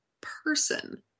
person